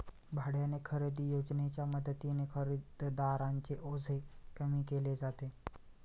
भाड्याने खरेदी योजनेच्या मदतीने खरेदीदारांचे ओझे कमी केले जाते